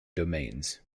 domains